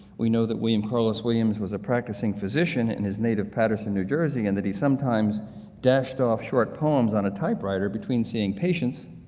we know that william and carlos williams was a practicing physician in his native pattterson, new jersey, and that he sometimes dashed off short poems on a typewriter between seeing patients.